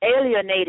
alienated